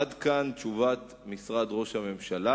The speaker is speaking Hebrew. עד כאן תשובת משרד ראש הממשלה.